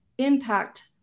impact